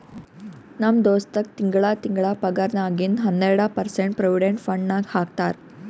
ನಮ್ ದೋಸ್ತಗ್ ತಿಂಗಳಾ ತಿಂಗಳಾ ಪಗಾರ್ನಾಗಿಂದ್ ಹನ್ನೆರ್ಡ ಪರ್ಸೆಂಟ್ ಪ್ರೊವಿಡೆಂಟ್ ಫಂಡ್ ನಾಗ್ ಹಾಕ್ತಾರ್